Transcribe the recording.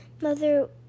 Mother